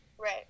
Right